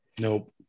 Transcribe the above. Nope